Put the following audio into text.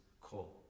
call